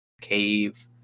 cave